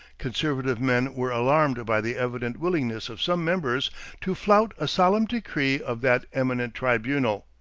conservative men were alarmed by the evident willingness of some members to flout a solemn decree of that eminent tribunal.